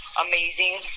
amazing